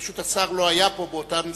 פשוט, השר לא היה פה באותם זמנים,